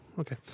Okay